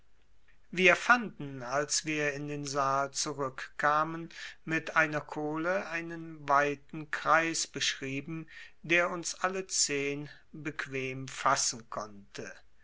wir fanden als wir in den saal zurückkamen mit einer kohle einen weiten kreis beschrieben der uns alle zehn bequem fassen konnte